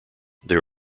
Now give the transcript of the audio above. there